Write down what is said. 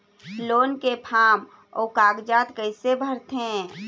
Loan के form अऊ कागजात कइसे भरथें?